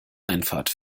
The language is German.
einfahrt